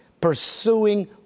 pursuing